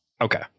Okay